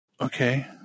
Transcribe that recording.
Okay